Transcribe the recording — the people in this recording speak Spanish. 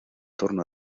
torno